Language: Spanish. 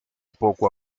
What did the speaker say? poco